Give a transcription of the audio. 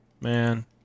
Man